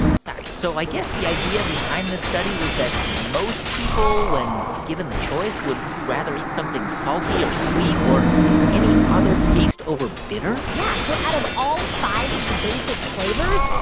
sorry so i guess the idea behind the study was that most people, when given the choice, would rather eat something salty or sweet or any other taste over bitter? yeah. so out of all five of the basic flavors,